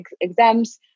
exams